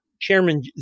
Chairman